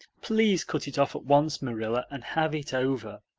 please cut it off at once, marilla, and have it over.